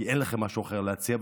כי אין לכם משהו אחר להציע,